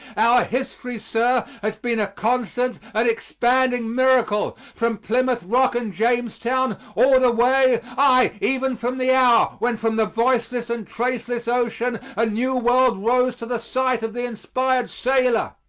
our history, sir, has been a constant and expanding miracle, from plymouth rock and jamestown, all the way aye, even from the hour when from the voiceless and traceless ocean a new world rose to the sight of the inspired sailor.